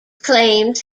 claims